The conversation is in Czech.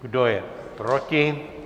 Kdo je proti?